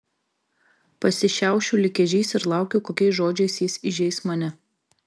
pasišiaušiu lyg ežys ir laukiu kokiais žodžiais jis įžeis mane